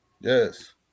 yes